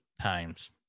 times